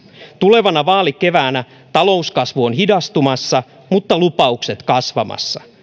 tulevana vaalikeväänä talouskasvu on hidastumassa mutta lupaukset kasvamassa